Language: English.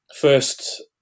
First